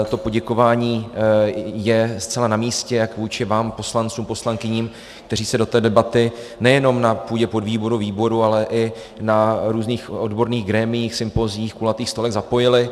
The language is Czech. To poděkování je zcela namístě jak vůči vám poslancům, poslankyním, kteří se do té debaty nejenom na půdě podvýboru, výboru, ale i na různých odborných grémiích, sympoziích, kulatých stolech zapojili.